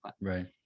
Right